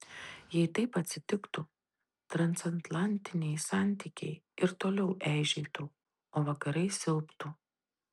jei taip atsitiktų transatlantiniai santykiai ir toliau eižėtų o vakarai silptų